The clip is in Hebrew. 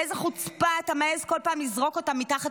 באיזו חוצפה אתה מעז כל פעם לזרוק אותם מתחת